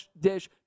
dish